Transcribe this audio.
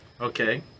Okay